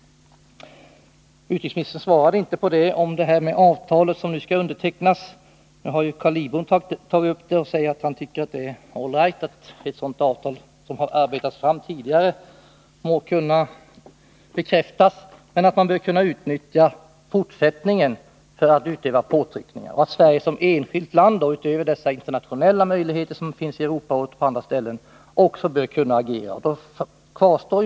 Utrikesministern svarade inte när det gällde det avtal som nu skall undertecknas. Carl Lidbom har sagt att han tycker att det är all right att ett avtal som arbetats fram tidigare må kunna bekräftas men att man bör kunna utnyttja fortsättningen för att utöva påtryckningar. Carl Lidbom anser också at§ Sverige utöver de möjligheter som finns i Europarådet och på andra ställen bör kunna agera som enskilt land.